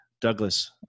Douglas